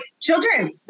children